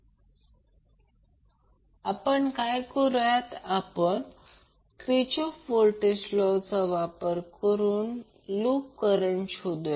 तर आपण काय करुया आपण क्रिचॉफ्फ व्होल्टेज लॉ चा वापर करून लूप करंट शोधूया